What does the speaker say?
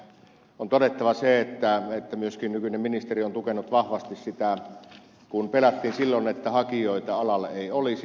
on todettava se että myöskin nykyinen ministeri on tukenut vahvasti sitä kun pelättiin silloin että hakijoita alalle ei olisi